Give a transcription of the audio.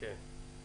פרקים מרכזיים.